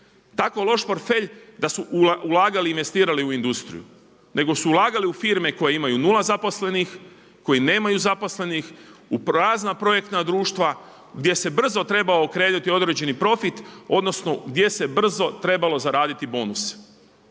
tako loš portfelj da su ulagali i investirali u industriju nego su ulagali u firme koje imaju 0 zaposlenih, koji nemaju zaposlenih, u prazna projektna društva gdje se brzo trebao okrenuti određeni profit, odnosno gdje se brzo trebalo zaraditi bonus,